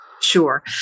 Sure